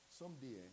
someday